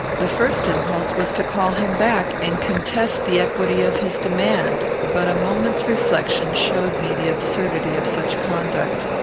the first impulse was to call him back, and contest the equity of his demand but a moment's reflection showed me the absurdity of such conduct.